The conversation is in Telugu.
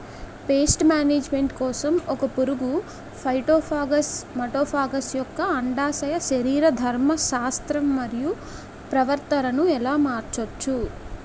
పేస్ట్ మేనేజ్మెంట్ కోసం ఒక పురుగు ఫైటోఫాగస్హె మటోఫాగస్ యెక్క అండాశయ శరీరధర్మ శాస్త్రం మరియు ప్రవర్తనను ఎలా మార్చచ్చు?